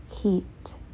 heat